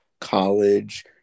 college